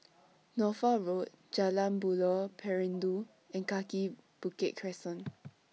Norfolk Road Jalan Buloh Perindu and Kaki Bukit Crescent